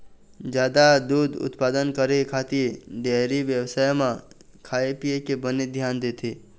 जादा दूद उत्पादन करे खातिर डेयरी बेवसाय म खाए पिए के बने धियान देथे